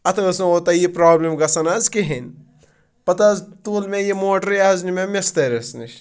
اَتھ ٲسۍ نہٕ اوٚتاں یہِ پرٛابلِم گژھان حظ کِہینۍ پَتہٕ حظ تُل مےٚ یہِ موٹَر یہِ حظ نیوٗ مےٚ مِستٕرِس نِش